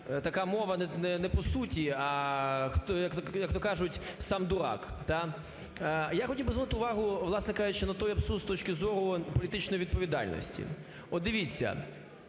така мова не по суті, а, як-то кажуть, "сам дурак". Так, я хотів звернути увагу, власне кажучи, на той абсурд з точки зору політичної відповідальності. От дивіться,